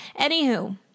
anywho